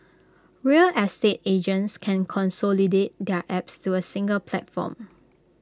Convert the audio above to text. real estate agents can consolidate their apps to A single platform